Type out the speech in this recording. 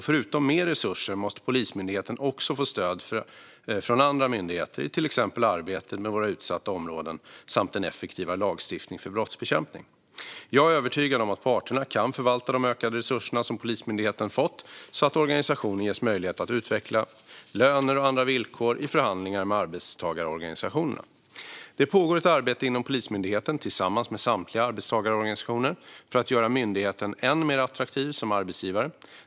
Förutom mer resurser måste Polismyndigheten också få stöd från andra myndigheter i till exempel arbetet med våra utsatta områden samt en effektivare lagstiftning för brottsbekämpning. Jag är övertygad om att parterna kan förvalta de ökade resurser som Polismyndigheten fått så att organisationen ges möjlighet att utveckla löner och andra villkor i förhandlingar med arbetstagarorganisationerna. Det pågår ett arbete inom Polismyndigheten tillsammans med samtliga arbetstagarorganisationer för att göra myndigheten än mer attraktiv som arbetsgivare.